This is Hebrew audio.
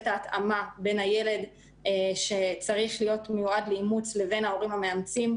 את ההתאמה בין הילד שצריך להיות מיועד לאימוץ לבין ההורים המאמצים,